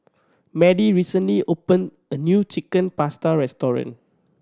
Madie recently opened a new Chicken Pasta restaurant